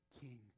king